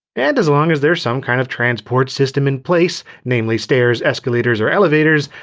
and as long as there's some kind of transport system in place, namely stairs, escalators, or elevators,